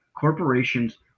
corporations